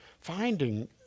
finding